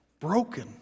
Broken